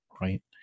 right